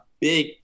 big